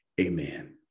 Amen